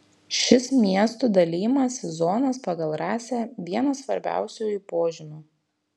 šis miestų dalijimas į zonas pagal rasę vienas svarbiausiųjų požymių